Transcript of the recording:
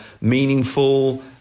meaningful